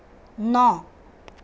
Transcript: ন